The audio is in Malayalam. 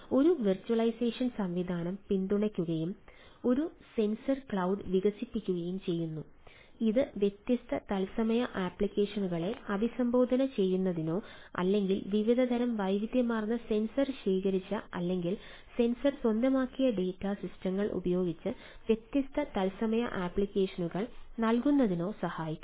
ഒരു വെർച്വലൈസേഷൻ സംവിധാനം പിന്തുണയ്ക്കുകയും ഒരു സെൻസർ ക്ലൌഡ് വികസിപ്പിക്കുകയും ചെയ്യുന്നു ഇത് വ്യത്യസ്ത തത്സമയ അപ്ലിക്കേഷനുകളെ അഭിസംബോധന ചെയ്യുന്നതിനോ അല്ലെങ്കിൽ വിവിധതരം വൈവിധ്യമാർന്ന സെൻസർ ശേഖരിച്ച അല്ലെങ്കിൽ സെൻസർ സ്വന്തമാക്കിയ ഡാറ്റ സിസ്റ്റങ്ങൾ ഉപയോഗിച്ച് വ്യത്യസ്ത തത്സമയ അപ്ലിക്കേഷനുകൾ നൽകുന്നതിനോ സഹായിക്കുന്നു